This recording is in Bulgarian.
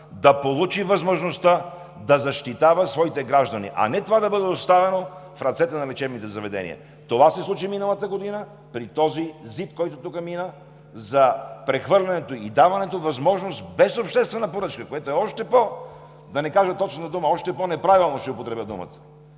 да получи възможността да защитава своите граждани, а не това да бъде оставено в ръцете на лечебните заведения. Това се случи миналата година при този ЗИД, който тук мина за прехвърлянето и даването на възможност без обществена поръчка, което е още по-, да не кажа точната дума,